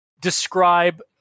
describe